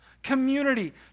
community